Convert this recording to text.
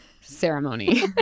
ceremony